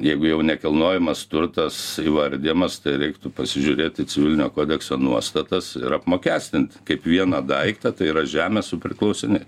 jeigu jau nekilnojamas turtas įvardijamas tai reiktų pasižiūrėti civilinio kodekso nuostatas ir apmokestint kaip vieną daiktą tai yra žemę su priklausiniais